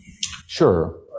Sure